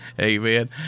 Amen